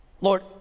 Lord